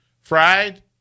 Fried